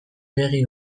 begi